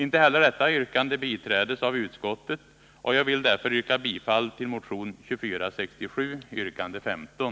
Inte heller detta yrkande biträdes av utskottet och jag vill därför yrka bifall till motion 2467, yrkande 15.